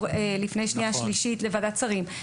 לפני קריאה שנייה ושלישית לוועדת שרים.